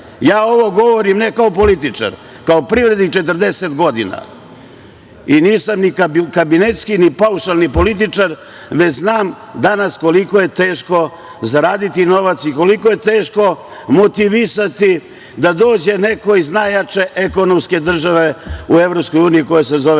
Ja ovo govorim ne kao političar, kao privrednik 40 godina i nisam ni kabinetski, ni paušalni političar već znam danas koliko je teško zaraditi novac i koliko je teško motivisati da dođe neko iz najjače ekonomske države u EU koja se zove